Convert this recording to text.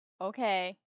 Okay